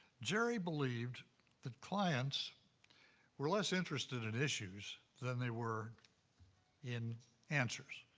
jerry believed that clients were less interested in issues than they were in answers.